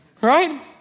right